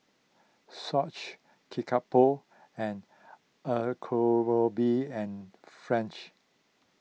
Swatch Kickapoo and and French